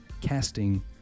casting